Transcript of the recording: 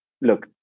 Look